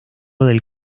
del